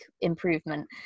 improvement